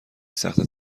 سخته